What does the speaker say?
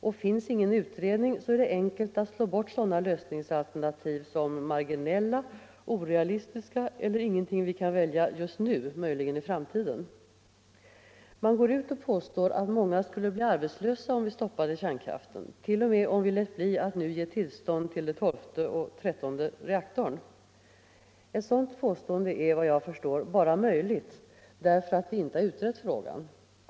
Och finns ingen utredning så är det enkelt att slå bort sådana lösningsalternativ som marginella, orealistiska eller ingenting som vi kan välja just nu, möjligen i framtiden. Man går ut och påstår att många skulle bli arbetslösa om vi stoppade kärnkraften, t.o.m.: om vi lät bli att nu ge tillstånd till den tolfte och trettonde reaktorn: Ett sådant påstående är, vad jag förstår, bara möjligt därför att vi inte har utrett frågan.